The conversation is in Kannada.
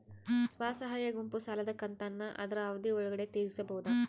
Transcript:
ಸ್ವಸಹಾಯ ಗುಂಪು ಸಾಲದ ಕಂತನ್ನ ಆದ್ರ ಅವಧಿ ಒಳ್ಗಡೆ ತೇರಿಸಬೋದ?